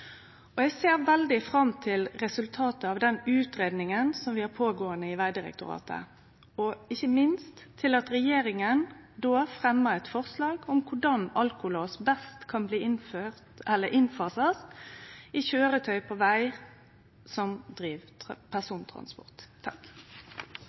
avtaleverket. Eg ser veldig fram til resultatet av den utgreiinga vi har gåande i Vegdirektoratet, og ikkje minst til at regjeringa då fremjar eit forslag om korleis alkolås best kan innfasast i køyretøy som driv med persontransport på veg.